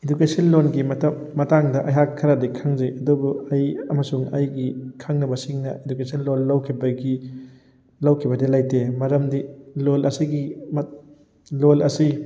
education ꯂꯣꯟꯒꯤ ꯃꯇꯥꯡꯗ ꯑꯩꯍꯥꯛ ꯈꯔꯗꯤ ꯈꯪꯖꯩ ꯑꯗꯨꯕꯨ ꯑꯩ ꯑꯃꯁꯨꯡ ꯑꯩꯒꯤ ꯈꯪꯅꯕꯁꯤꯡꯅ ꯏꯗꯨꯀꯦꯁꯟ ꯂꯣꯟ ꯂꯧꯈꯤꯕꯒꯤ ꯂꯧꯈꯤꯕꯗꯤ ꯂꯩꯇꯦ ꯃꯔꯝꯗꯤ ꯂꯣꯟ ꯑꯁꯤꯒꯤ ꯂꯣꯟ ꯑꯁꯤ